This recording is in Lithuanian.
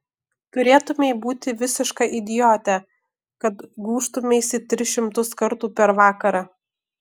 turėtumei būti visiška idiote kad gūžtumeisi tris šimtus kartų per vakarą